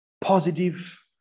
positive